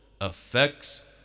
affects